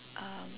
um